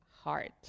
heart